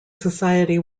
society